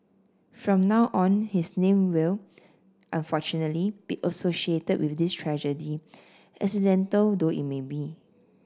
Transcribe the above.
from now on his name will unfortunately be associated with this tragedy accidental though it may be